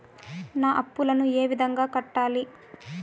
నా అప్పులను ఏ విధంగా కట్టాలి?